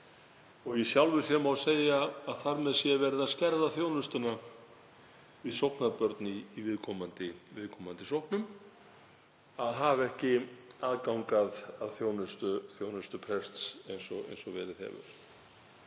Í sjálfu sér má segja að þar með sé verið að skerða þjónustuna við sóknarbörn í viðkomandi sóknum að hafa ekki aðgang að þjónustu prests eins og verið hefur.